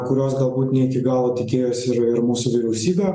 kurios galbūt ne iki galo tikėjosi ir ir mūsų vyriausybė